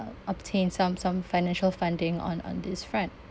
um obtain some some financial funding on on this front